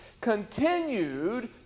continued